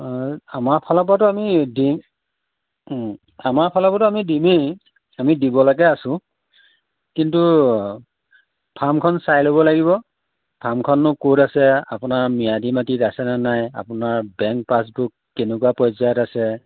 আমাৰফালৰপৰাটো আমি দিম আমাৰফালৰপৰাটো আমি দিমেই আমি দিব লৈকে আছো কিন্তু ফাৰ্মখন চাই ল'ব লাগিব ফাৰ্মখননো ক'ত আছে আপোনাৰ ম্যাদি মাটিত আছেনে নাই আপোনাৰ বেংক পাচবুক কেনেকুৱা পৰ্যায়ত আছে